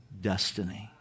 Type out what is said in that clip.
destiny